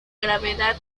gravedad